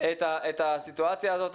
את הסיטואציה הזאת.